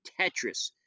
Tetris